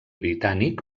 britànic